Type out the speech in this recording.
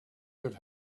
could